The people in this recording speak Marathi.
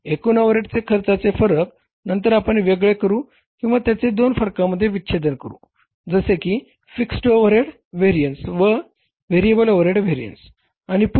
एकूण ओव्हरहेड खर्चाचे फरक नंतर आपण वेगळे करू किंवा त्याचे दोन फरकांमध्ये विच्छेदन करू जसे की फिक्स्ड ओव्हरहेड व्हेरिअन्स व व्हेरिएबल ओव्हरहेड व्हेरिअन्स